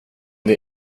det